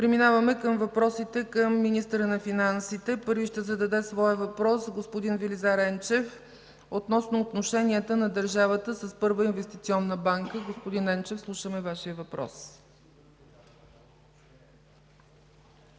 Преминаваме към въпросите към министъра на финансите. Първи ще зададе своя въпрос господин Велизар Енчев относно отношенията на държавата с Първа инвестиционна банка. Господин Енчев, слушаме Вашия въпрос.